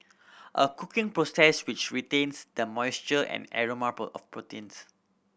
a cooking process which retains the moisture and aroma of proteins